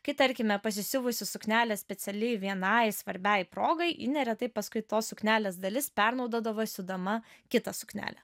kai tarkime pasisiuvusi suknelės specialiai vienai svarbiai progai ji neretai paskui tos suknelės dalis pernaudodavo siūdama kitą suknelę